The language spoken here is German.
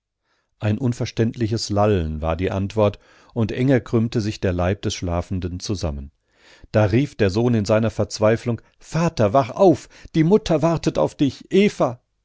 ein unverständliches lallen war die antwort und enger krümmte sich der leib des schlafenden zusammen da rief der sohn in seiner verzweiflung vater wach auf die mutter wartet auf dich eva